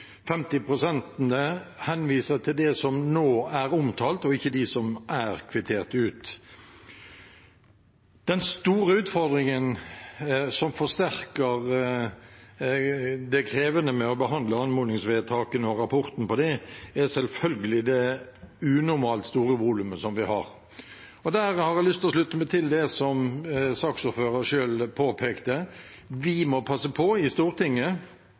50 pst. henviser til dem som nå er omtalt, og ikke til dem som er kvittert ut. Den store utfordringen, som forsterker det krevende ved å behandle anmodningsvedtakene og rapportene fra det, er selvsagt det unormalt store volumet vi har. Der har jeg lyst til å slutte meg til det saksordføreren selv påpekte: Vi må i Stortinget passe på